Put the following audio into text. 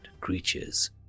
creatures